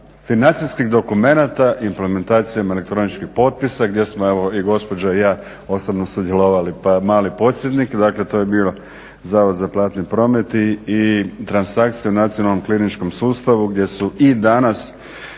financijskih dokumenata implementacijom elektroničkih potpisa gdje smo evo i gospođa i ja osobno sudjelovali pa mali podsjetnik. Dakle, to je bio Zavod za platni promet i transakcija u nacionalnom kliničkom sustavu gdje su i danas